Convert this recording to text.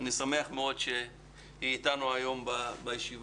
אני שמח מאוד שהיא איתנו היום בישיבה.